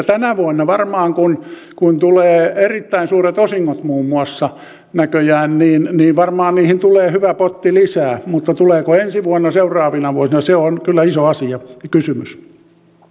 tänä vuonna varmaan kun tulee erittäin suuret osingot muun muassa näköjään niihin tulee hyvä potti lisää mutta tuleeko ensi vuonna seuraavina vuosina se on kyllä iso kysymys